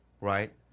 Right